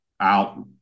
out –